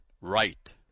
right